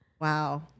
Wow